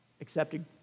accepted